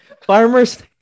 Farmers